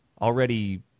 already